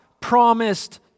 promised